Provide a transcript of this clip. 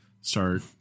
start